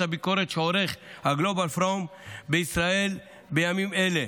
הביקורת שעורך ה-Global Forum בישראל בימים אלה.